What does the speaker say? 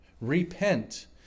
Repent